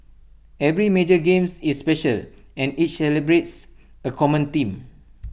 every major games is special and each celebrates A common theme